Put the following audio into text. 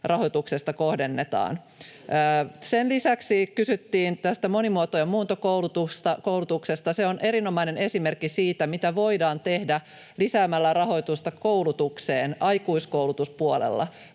rahoituksesta kohdennetaan. Sen lisäksi kysyttiin tästä monimuoto- ja muuntokoulutuksesta. Se on erinomainen esimerkki siitä, mitä voidaan tehdä lisäämällä rahoitusta koulutukseen aikuiskoulutuspuolella.